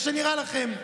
איך שנראה לכם.